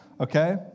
Okay